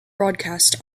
broadcast